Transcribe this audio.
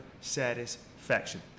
satisfaction